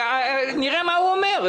נראה מה הוא אומר.